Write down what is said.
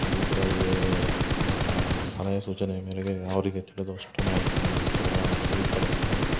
ಇದರಲ್ಲಿ ಅವರ ಸಲಹೆ ಸೂಚನೆ ಮೇರೆಗೆ ಅವರಿಗೆ ತಿಳಿದಷ್ಟು ಮಾಹಿತಿಯನ್ನ ನೀಡ್ತಾರೆ ಆಥ್ವ ಈ ಥರ ಹೊಸ